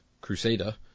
Crusader